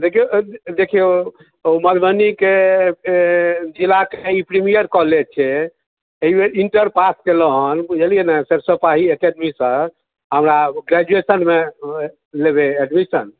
देखियौ देखियौ मधुबनीके जिलाके ई प्रीमियर कॉलेज छै एहिबेर इंटर पास केलहुँ हन बुझलियै ने सरिसब पाही एकेडमीसँ हमरा ग्रेजुएशनमे लेबै एडमिशन